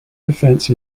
defense